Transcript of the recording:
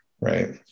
right